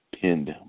pinned